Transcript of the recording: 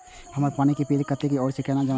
हमर पानी के बिल कतेक छे और केना जमा होते?